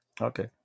okay